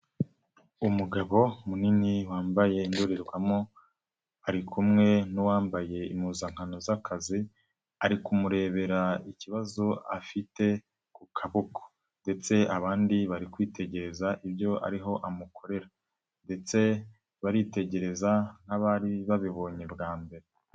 Umugabo munini wambaye indorerwamo, ari kumwe n'uwambaye impuzankano z'akazi, ari kumurebera ikibazo afite ku kaboko ndetse abandi bari kwitegereza ibyo ariho amukorera ndetse baritegereza n'abari babibonye bwa mbere.